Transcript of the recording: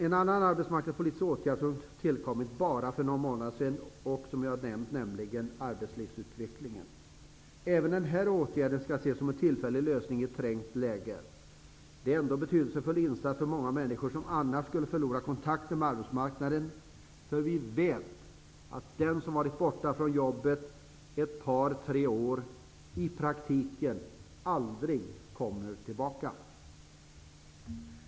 En annan arbetsmarknadspolitisk åtgärd som har tillkommit bara för några månader sedan är den s.k. arbetslivsutvecklingen. Även denna åtgärd skall ses som en tillfällig lösning i ett trängt arbetsmarknadsläge. Det är dock en betydelsefull insats för många människor som annars skulle förlora kontakten med arbetsmarknaden. För vi vet att den som varit borta från jobbet ett par tre år i praktiken aldrig kommer tillbaka.